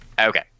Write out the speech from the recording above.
Okay